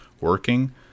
working